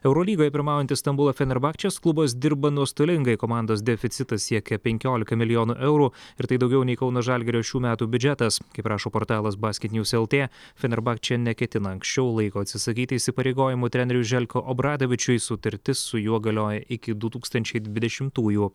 eurolygoje pirmaujantis stambulo fenerbahčės klubas dirba nuostolingai komandos deficitas siekia penkiolika milijonų eurų ir tai daugiau nei kauno žalgirio šių metų biudžetas kaip rašo portalas basket news lt fenerbahčė neketina anksčiau laiko atsisakyti įsipareigojimų treneriui želko obradovičiui sutartis su juo galioja iki du tūkstančiai dvidešimtųjų